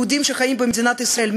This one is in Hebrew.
יהודים שחיים במדינת ישראל,